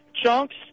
Chunks